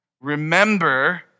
Remember